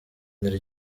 izina